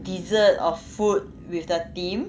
dessert or food with the theme